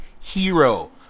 hero